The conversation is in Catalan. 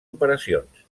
operacions